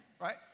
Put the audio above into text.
Right